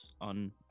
on